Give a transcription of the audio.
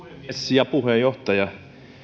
ja puheenjohtaja